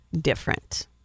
different